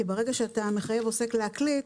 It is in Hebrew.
כי ברגע שאתה מחייב עוסק להקליט,